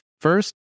first